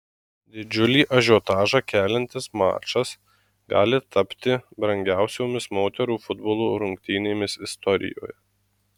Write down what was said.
didžiulį ažiotažą keliantis mačas gali tapti brangiausiomis moterų futbolo rungtynėmis istorijoje